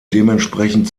dementsprechend